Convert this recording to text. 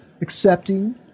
accepting